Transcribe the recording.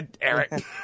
Eric